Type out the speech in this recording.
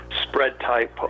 spread-type